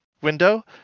window